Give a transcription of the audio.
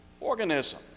organism